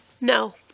No